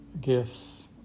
gifts